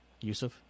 Yusuf